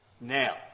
Now